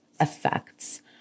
effects